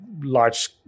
large